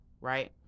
right